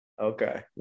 Okay